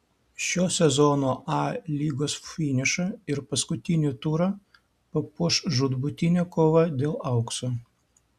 šio sezono a lygos finišą ir paskutinį turą papuoš žūtbūtinė kova dėl aukso